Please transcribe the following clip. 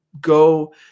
go